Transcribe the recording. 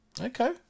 Okay